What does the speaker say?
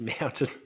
mountain